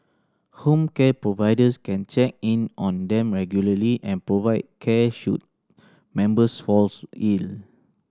home care providers can check in on them regularly and provide care should members falls ill